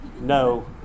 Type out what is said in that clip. no